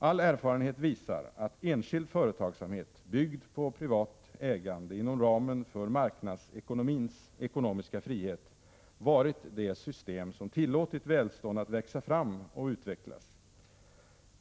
All erfarenhet visar att enskild företagsamhet, byggd på privat ägande inom ramen för marknadsekonomins ekonomiska frihet, varit det system som tillåtit välstånd att växa fram och utvecklas.